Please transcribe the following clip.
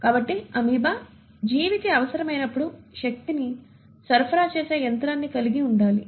కాబట్టి అమీబా జీవికి అవసరమైనప్పుడు శక్తిని సరఫరా చేసే యంత్రాన్ని కలిగి ఉండాలి